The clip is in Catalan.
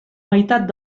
meitat